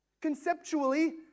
conceptually